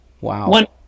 Wow